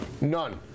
none